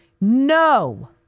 No